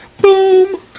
Boom